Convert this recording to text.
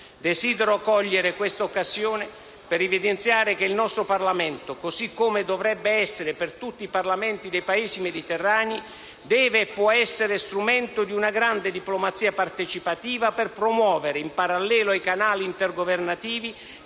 Desidero cogliere questa occasione per evidenziare che il nostro Parlamento, così come dovrebbe essere per tutti i Parlamenti dei Paesi mediterranei, deve e può essere strumento di una grande diplomazia partecipativa per promuovere, in parallelo ai canali intergovernativi